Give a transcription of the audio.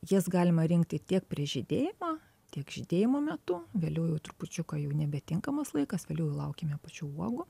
jas galima rinkti tiek prieš žydėjimą tiek žydėjimo metu vėliau jau trupučiuką jau nebetinkamas laikas vėliau jau laukiame pačių uogų